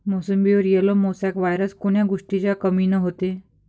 मोसंबीवर yellow mosaic virus कोन्या गोष्टीच्या कमीनं होते?